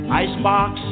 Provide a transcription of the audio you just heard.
icebox